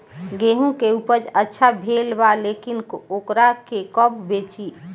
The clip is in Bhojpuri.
गेहूं के उपज अच्छा भेल बा लेकिन वोकरा के कब बेची?